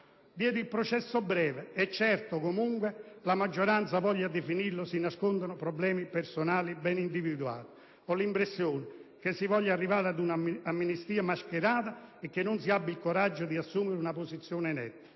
Dietro il processo "breve" o "certo", comunque la maggioranza voglia definirlo, si nascondono problemi personali ben individuabili. Ho l'impressione che si voglia arrivare ad un'amnistia mascherata e che non si abbia il coraggio di assumere una posizione netta.